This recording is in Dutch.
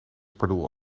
pardoel